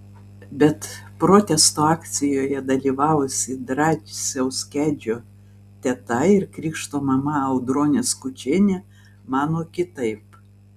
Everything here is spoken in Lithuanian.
bet protesto akcijoje dalyvavusi drąsiaus kedžio teta ir krikšto mama audronė skučienė mano kitaip